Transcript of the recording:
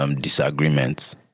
disagreements